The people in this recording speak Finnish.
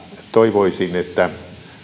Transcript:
toivoisin että